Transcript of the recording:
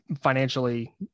financially